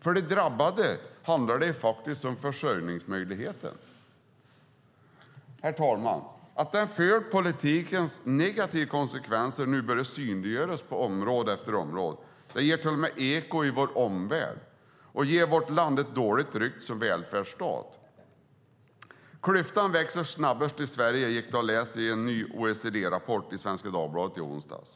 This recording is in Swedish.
För de drabbade handlar detta faktiskt om försörjningsmöjligheten. Herr talman! Den förda politikens negativa konsekvenser börjar nu synliggöras på område efter område. Det ger till och med eko i vår omvärld och ger vårt land dåligt rykte som välfärdsstat. "Klyftor växer snabbast i Sverige", gick det att läsa i en ny OECD-rapport i Svenska Dagbladet i onsdags.